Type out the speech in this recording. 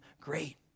great